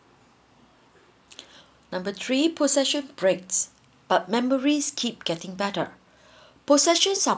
number three possession breaks but memories keep getting better possession are